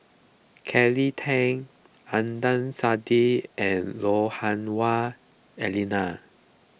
Kelly Tang Adnan Saidi and Lui Hah Wah Elena